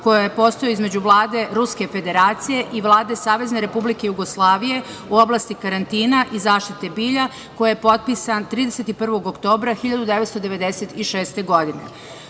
koji je postojao između Vlade Ruske Federacije i Vlade Savezne Republike Jugoslavije u oblasti karantina i zaštite bilja, koji je potpisan 31. oktobra 1996. godine. Tokom